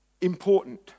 important